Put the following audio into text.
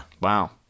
Wow